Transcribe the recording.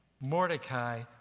Mordecai